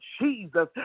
Jesus